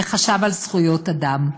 וחשב על זכויות אדם.